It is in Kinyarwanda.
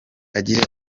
agira